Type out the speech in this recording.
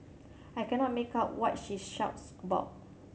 I cannot make out what she shouts about